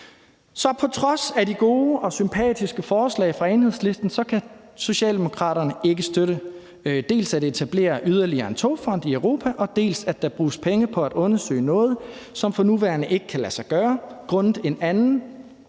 Så på trods af de gode og sympatiske forslag fra Enhedslisten kan Socialdemokraterne ikke støtte dels det at etablere yderligere en togfond i Europa, dels at der bruges penge på at undersøge noget, som for nuværende ikke kan lade sig gøre grundet en anden